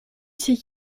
zit